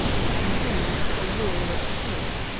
is to contain a wall of straw.